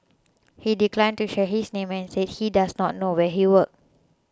he declined to share his name and said he does not know where he worked